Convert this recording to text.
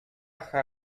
cha